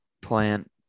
Plant